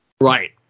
Right